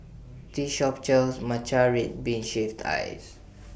This Shop sells Matcha Red Bean Shaved Ice